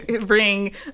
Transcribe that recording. bring